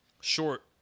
short